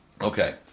Okay